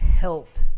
helped